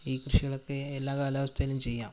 ഈ കൃഷികളൊക്കെ എല്ലാ കാലാവസ്ഥയിലും ചെയ്യാം